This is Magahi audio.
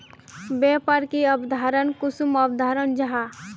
व्यापार की अवधारण कुंसम अवधारण जाहा?